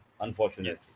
unfortunately